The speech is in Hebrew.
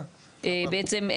בעצם,